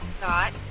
got